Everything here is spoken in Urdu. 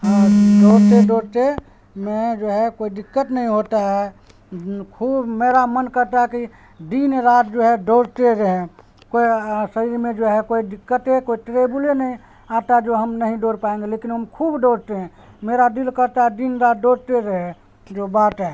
ہاں دوڑتے دوڑتے میں جو ہے کوئی دقت نہیں ہوتا ہے خوب میرا من کرتا ہے کی دن رات جو ہے دوڑتے رہیں سریر میں جو ہے کوئی دقتے کوئی ٹریبولے نئی آتا جو ہم نہیں دوڑ پائیں گے لیکن ہم کھوب دوڑتے ہیں میرا دل کرتا ہے دن رات دوڑتے رہے جو بات ہے